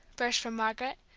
burst from margaret,